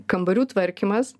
kambarių tvarkymas